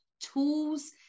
tools